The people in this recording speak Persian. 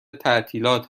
تعطیلات